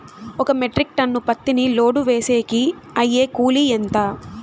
ఒక metric ton పత్తిని load వేసేకి అయ్యే కూలి ఎంత?